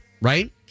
right